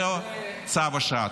זה צו השעה.